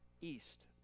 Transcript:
east